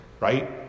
Right